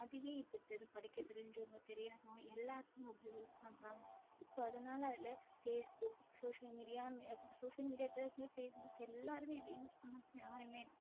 அதுவே இப்போ தெரு படிக்க தெரிஞ்சவங்க தெரியாதவங்க எல்லாேரும் மொபைல் யூஸ் பண்ணுறாங்க ஸோ அதனால் இல்லை ஃபேஸ் புக் சோஷியல் மீடியான்னு அப் சோஷியல் மீடியா இது ஃபே ஃபேஸ் புக் எல்லாேருமே இப்போ யூஸ் பண்ணாதவங்க யாருமே